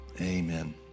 Amen